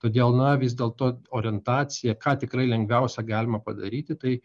todėl na vis dėlto orientacija ką tikrai lengviausia galima padaryti tai